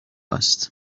است